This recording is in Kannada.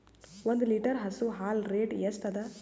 ಒಂದ್ ಲೀಟರ್ ಹಸು ಹಾಲ್ ರೇಟ್ ಎಷ್ಟ ಅದ?